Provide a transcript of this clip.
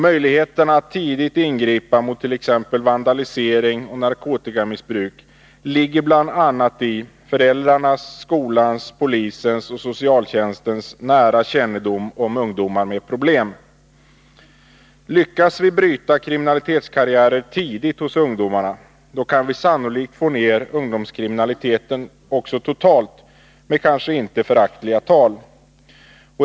Möjligheterna att tidigt ingripa mot t.ex. vandalisering och narkotikamissbruk ligger bl.a. i föräldrarnas, skolans, polisens och socialtjänstens nära kännedom om ungdomar med problem. Lyckas vi bryta kriminalitetskarriärer tidigt hos ungdomarna, kan vi sannolikt få ner ungdomskriminaliteten också totalt med icke föraktliga tal.